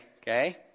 okay